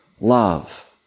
love